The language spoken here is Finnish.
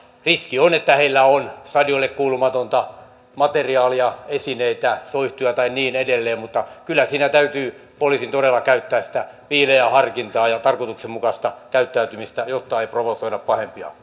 riski on että heillä on stadionille kuulumatonta materiaalia esineitä soihtuja tai niin edelleen mutta kyllä siinä täytyy poliisin todella käyttää sitä viileää harkintaa ja tarkoituksenmukaista käyttäytymistä jotta ei provo soida pahempia